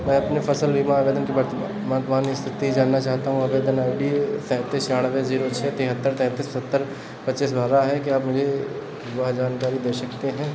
मैं अपने फसल बीमा आवेदन की वर्तमान स्थिति जानना चाहता हूँ आवेदन आई डी सैंतीस छियानवे जीरो छः तेहत्तर तैंतीस सत्तर पच्चीस बारह है क्या आप मुझे वह जानकारी दे सकते हैं